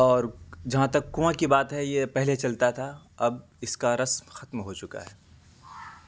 اور جہاں تک کنواں کی بات ہے یہ پہلے چلتا تھا اب اس کا رسم ختم ہو چکا ہے